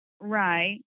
Right